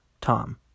Tom